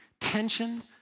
Tension